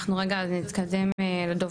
שלום וברכה, נעים מאוד, תודה גם על זכות